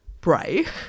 break